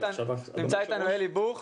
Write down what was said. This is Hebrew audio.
נמצא איתנו אלי בוך